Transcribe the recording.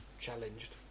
challenged